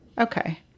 Okay